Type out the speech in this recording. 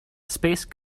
space